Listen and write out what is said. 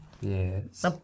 Yes